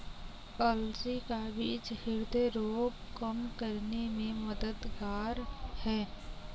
अलसी का बीज ह्रदय रोग कम करने में मददगार है